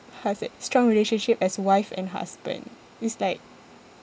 how to say strong relationship as wife and husband is like